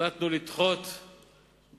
החלטנו לדחות את